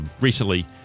recently